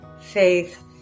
faith